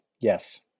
Yes